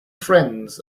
friends